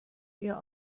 ihr